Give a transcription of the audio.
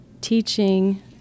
teaching